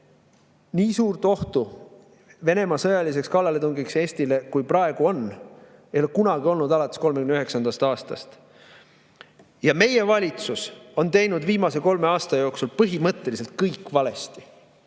nii suurt ohtu Venemaa sõjaliseks kallaletungiks Eestile kui praegu ei ole olnud alates 1939. aastast. Meie valitsus on viimase kolme aasta jooksul teinud põhimõtteliselt kõik valesti,